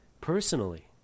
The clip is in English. personally